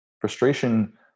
Frustration